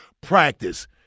practice